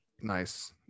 Nice